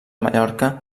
mallorca